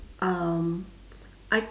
um I